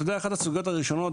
אחת הסוגיות הראשונות,